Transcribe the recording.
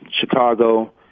Chicago